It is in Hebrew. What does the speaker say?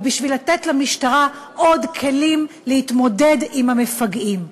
ובשביל לתת למשטרה עוד כלים להתמודד עם המפגעים.